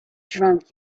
drunk